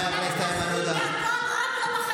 רק פה בישראל,